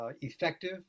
effective